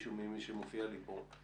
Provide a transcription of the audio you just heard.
מישהו ממי שמופיע לי פה.